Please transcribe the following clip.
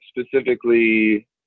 specifically